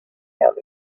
out